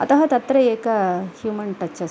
अतः तत्र एक ह्युमन् टच् अस्ति